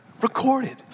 recorded